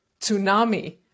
tsunami